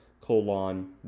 colon